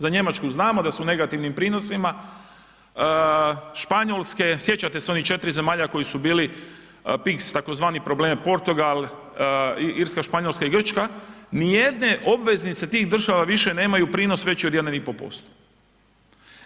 Za Njemačku znamo da je u negativnim prinosima, Španjolske, sjećate se onih četiri zemalja koje su bile pix tzv. problem Portugal, Irska, Španjolska i Grčka nijedne obveznice tih država više nemaju prinose veći od 1,5%